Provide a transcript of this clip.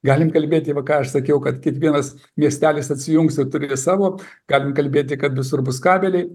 galim kalbėti va ką aš sakiau kad kiekvienas miestelis atsijungs ir turės savo galim kalbėti kad visur bus kabeliai